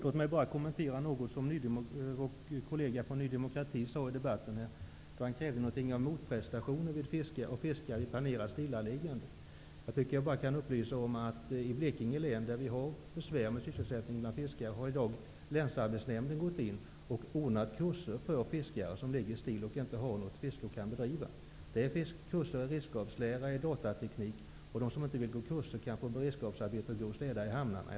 Låt mig så kommentera något som vår kollega från Ny demokrati sade i debatten här. Han krävde någonting som motprestation av fiskare i planerat stillaliggande. Jag kan upplysa om att i Blekinge län, där vi har besvär med sysselsättningen bland fiskare, har Länsarbetsnämnden gått in och ordnat kurser för fiskare som ligger still och inte kan bedriva något fiske. Det finns kurser i redskapslära och datateknik, och de som inte vill gå kurser kan få som beredskapsarbete att städa i hamnarna.